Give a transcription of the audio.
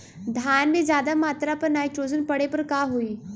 धान में ज्यादा मात्रा पर नाइट्रोजन पड़े पर का होई?